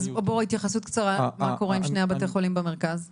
אז בוא התייחסות קצרה מה קורה עם שני בתי החולים במרכז?